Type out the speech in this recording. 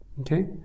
Okay